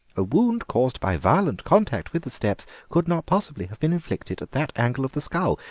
a wound caused by violent contact with the steps could not possibly have been inflicted at that angle of the skull.